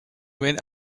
went